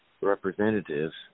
Representatives